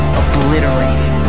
obliterated